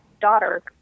daughter